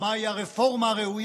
היה לי חשוב שאלמוג יהיה כאן,